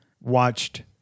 watched